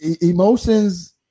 emotions